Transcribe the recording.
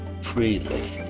freely